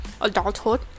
adulthood